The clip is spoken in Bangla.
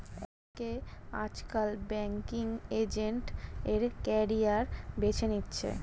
অনেকে আজকাল ব্যাঙ্কিং এজেন্ট এর ক্যারিয়ার বেছে নিচ্ছে